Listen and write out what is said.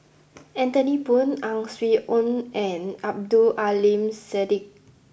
Anthony Poon Ang Swee Aun and Abdul Aleem Siddique